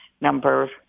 number